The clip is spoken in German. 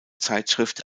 zeitschrift